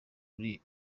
kuri